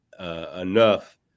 enough